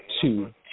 two